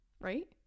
Right